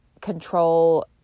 control